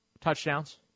touchdowns